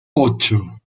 ocho